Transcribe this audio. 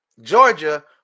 georgia